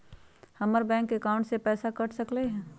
हमर bank account से पैसा कट सकलइ ह?